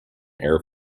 air